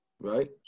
right